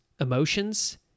emotions